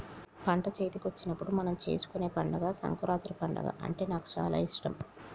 పంట చేతికొచ్చినప్పుడు మనం చేసుకునే పండుగ సంకురాత్రి పండుగ అంటే నాకు చాల ఇష్టం